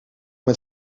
met